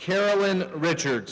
carolyn richard